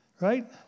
Right